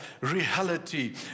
reality